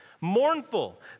mournful